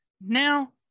now